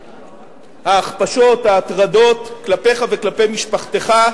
ההכפשות, ההטרדות, כלפיך וכלפי משפחתך,